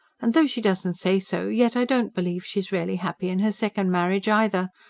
and though she doesn't say so, yet i don't believe she's really happy in her second marriage either.